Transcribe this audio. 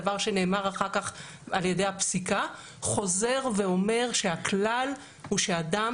דבר שנאמר אחר כך על ידי הפסיקה - שהכלל הוא שאדם